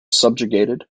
subjugated